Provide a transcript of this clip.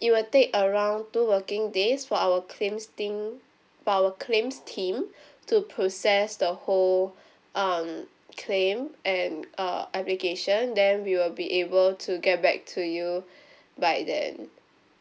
it will take around two working days for our claims thing for our claims team to process the whole um claim and uh application then we will be able to get back to you by then